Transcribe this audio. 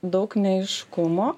daug neaiškumo